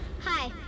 Hi